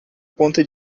ponto